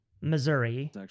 Missouri